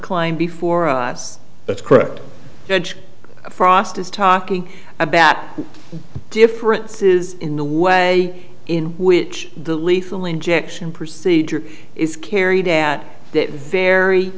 climb before us that's correct judge frost is talking about the differences in the way in which the lethal injection procedure is carried out that vary